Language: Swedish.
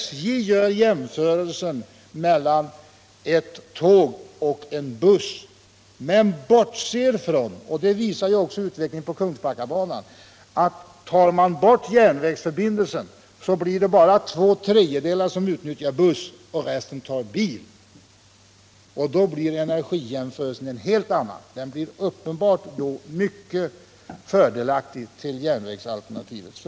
SJ gör jämförelsen mellan ett tåg och en buss men bortser från — det visar också utvecklingen på Kungsbackabanan — att bara två tredjedelar av trafikanterna kommer att utnyttja bussen om man tar bort järnvägsförbindelsen, medan resten går över till att resa med bil, och då blir energijämförelsen uppenbart mycket fördelaktig för järnvägsalternativet.